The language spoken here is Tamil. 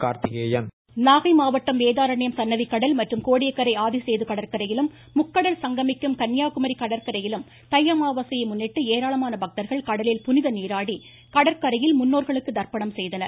ராமநாதபுரம் கார்த்திகேயன் வாய்ஸ் நாகை மாவட்டம் வேதாரண்யம் சன்னதி கடல் மற்றும் கோடியக்கரை ஆதிசேது கடற்கரையிலும் முக்கடல் சங்கமிக்கும் கன்னியாகுமரி கடற்கரையிலும் தை அமாவாசையை முன்னிட்டு ஏராளமான பக்தர்கள் கடலில் புனித நீராடி கடற்கரையில் முன்னோர்களுக்கு தர்ப்பணம் செய்தனர்